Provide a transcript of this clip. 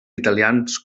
italians